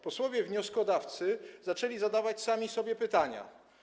Posłowie wnioskodawcy zaczęli zadawać sami sobie pytania.